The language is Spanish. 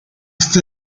este